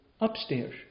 upstairs